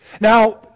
Now